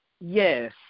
yes